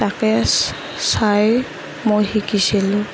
তাকে চাই মই শিকিছিলোঁ